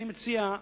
אני מציע,